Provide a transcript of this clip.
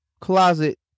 closet